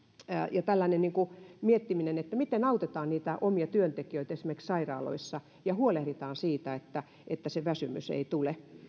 ja pitää olla tällaista miettimistä miten autetaan omia työntekijöitä esimerkiksi sairaaloissa ja huolehditaan siitä että että se väsymys ei tule